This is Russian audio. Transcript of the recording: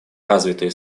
развитые